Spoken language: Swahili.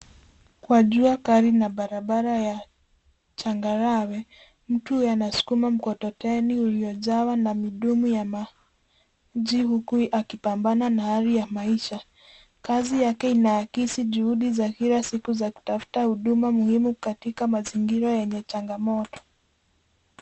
Kwa jua kali na barabara ya changarawe, mtu anasukuma mkokoteni uliojawa na midumu ya maji huku akipambana na hali ya maisha. Kazi yake inaakisi juhudi za kila siku za kutafuta huduma muhimu katika mazingira yenye changamoto.